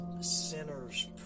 sinner's